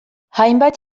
hainbat